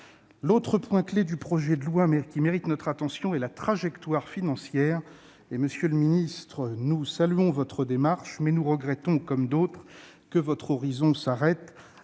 L'autre point clé du projet de loi qui mérite notre attention est la trajectoire financière. Monsieur le ministre, nous saluons votre démarche, mais nous regrettons, comme d'autres, que votre horizon s'arrête